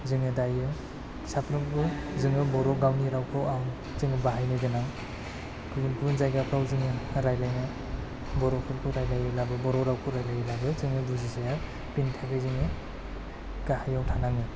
जोङो दायो साफ्रोमबो जोङो बर' गावनि रावखौ जोङो बाहायनो गोनां गुबुन गुबुन जाइगाफ्राव जोङो रायज्लाइनो बर'फोरखौबो रायज्लाइयोब्लाबो बर' रावखौ रायज्लाइयोब्लाबो जोङो बुजि जाया बिनि थाखाय जोङो गाहायाव थानाङो